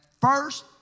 first